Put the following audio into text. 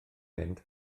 mynd